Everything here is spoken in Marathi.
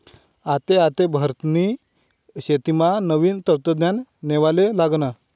आते आते भारतनी शेतीमा नवीन तंत्रज्ञान येवाले लागनं